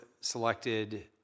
selected